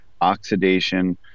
oxidation